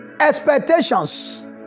expectations